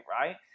right